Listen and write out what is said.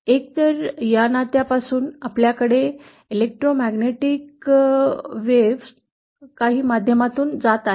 एकतर या नात्यापासून आपल्याकडे इलेक्ट्रोमॅग्नेटिक वेव्ह काही माध्यमांमधून जात आहे